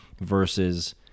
versus